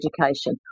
education